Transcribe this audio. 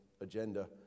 agenda